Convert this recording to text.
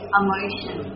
emotion